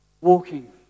walking